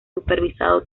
supervisado